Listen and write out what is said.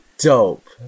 dope